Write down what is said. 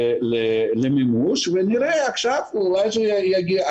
למימוש ונראה עכשיו, אולי יגיע.